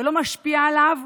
ולא משפיע עליו,